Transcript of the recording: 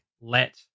let